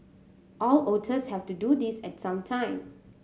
all otters have to do this at some time